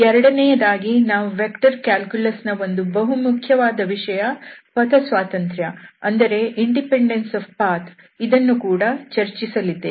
ಎರಡನೆಯದಾಗಿ ನಾವು vector calculus ನ ಒಂದು ಬಹುಮುಖ್ಯವಾದ ವಿಷಯ ಪಥ ಸ್ವಾತಂತ್ರ್ಯ ಇದನ್ನೂ ಕೂಡ ಚರ್ಚಿಸಲಿದ್ದೇವೆ